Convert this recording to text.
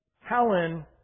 Helen